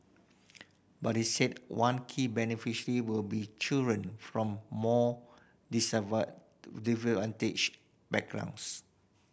but he said one key beneficiary will be children from more backgrounds